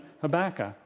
Habakkuk